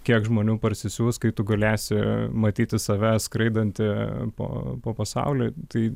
kiek žmonių parsisiųs kai tu galėsi matyti save skraidantį po po pasaulį tai